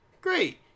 Great